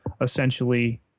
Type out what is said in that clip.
Essentially